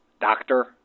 Doctor